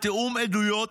תיאום עדויות